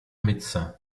médecins